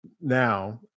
now